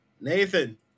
Nathan